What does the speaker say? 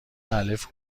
الف